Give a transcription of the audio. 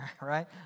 right